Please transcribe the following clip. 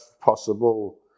possible